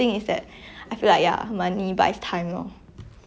so so your second wish is like to have financial stability lah